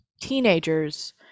teenagers